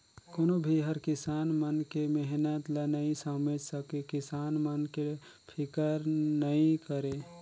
कोनो भी हर किसान मन के मेहनत ल नइ समेझ सके, किसान मन के फिकर नइ करे